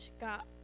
got